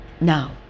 now